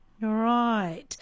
Right